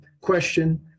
question